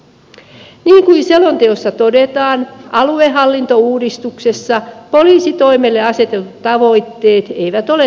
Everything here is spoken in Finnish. niin kuin selonteossa todetaan aluehallintouudistuksessa poliisitoimelle asetetut tavoitteet eivät ole toteutuneet